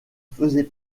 faisait